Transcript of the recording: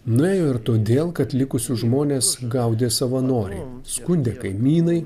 nuėjo ir todėl kad likusius žmones gaudė savanoriai skundė kaimynai